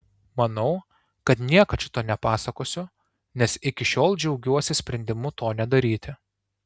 manau kad niekad šito nepasakosiu nes iki šiol džiaugiuosi sprendimu to nedaryti